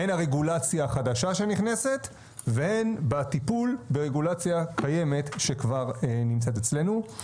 הן הרגולציה החדשה שנכנסת והן הטיפול ברגולציה קיימת שכבר נמצאת אצלנו.